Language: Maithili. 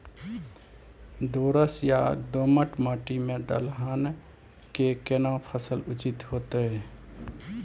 दोरस या दोमट माटी में दलहन के केना फसल उचित होतै?